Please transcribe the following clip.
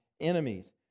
enemies